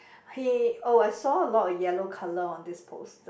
hey oh I saw a lot of yellow colour on this poster